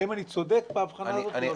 האם אני צודק בהבחנה הזאת או לא?